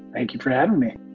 thank you for having me.